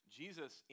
jesus